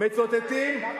אבל למה